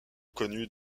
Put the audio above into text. connue